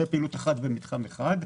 זה פעילות אחת במתחם אחד.